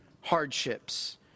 hardships